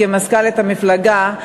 כמזכ"לית המפלגה,